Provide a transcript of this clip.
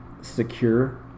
secure